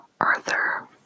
Arthur